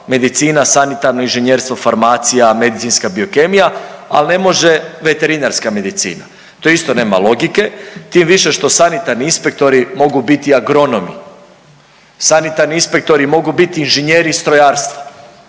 medicina sanitarno inženjerstvo, farmacija, medicinska biokemija, al ne može veterinarska medicina. To isto nema logike, tim više što sanitarni inspektori mogu biti agronomi, sanitarni inspektori mogu biti inženjeri strojarstva,